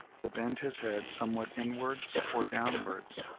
to bend his head somewhat inwards or downwards,